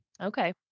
Okay